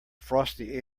frosty